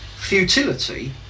Futility